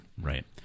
Right